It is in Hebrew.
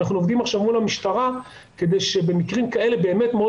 אנחנו עובדים עכשיו מול המשטרה כדי שבמקרים כאלה באמת מאוד